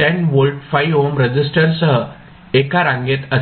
10 volt 5 ohm रेसिस्टरसह एका रांगेत असेल